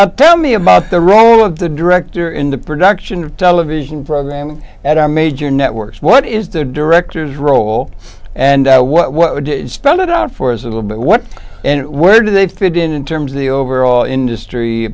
and tell me about the role of the director in the production of television programming at our major networks what is the director's role and what would you spend it on for a little bit what and where do they fit in in terms of the overall industry